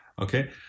Okay